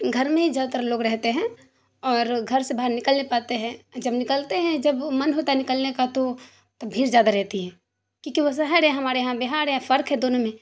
گھر میں ہی زیادہ تر لوگ رہتے ہیں اور گھر سے باہر نکل نہیں پاتے ہیں جب نکلتے ہیں جب من ہوتا ہے نکلنے کا تو تو بھیڑ زیادہ رہتی ہے کیوں کہ وہ شہر ہے ہمارے یہاں بہار ہے فرق ہے دونوں میں